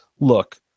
look